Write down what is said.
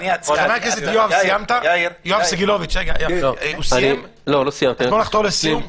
יואב סגלוביץ', אתה יכול לחתור לסיום?